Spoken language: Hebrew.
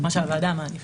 מה שהוועדה מעדיפה.